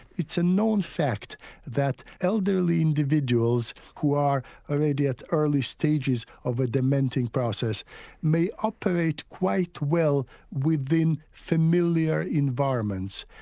it's a known fact that elderly individuals who are already at early stages of a dementing process may operate quite well within familiar environments.